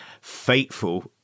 fateful